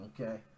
okay